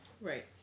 Right